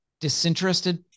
disinterested